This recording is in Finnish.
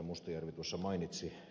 mustajärvi tuossa mainitsi